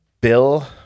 Bill